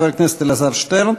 חבר הכנסת אלעזר שטרן,